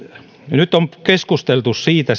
nyt on keskusteltu siitä